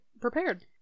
prepared